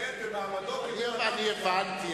לכן, במעמדו כבן-אדם, אני הבנתי,